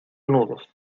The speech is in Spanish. nudos